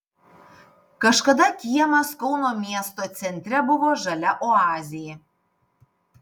kažkada kiemas kauno miesto centre buvo žalia oazė